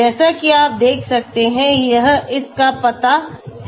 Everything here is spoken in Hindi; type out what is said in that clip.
जैसा कि आप देख सकते हैं यह इस का पता है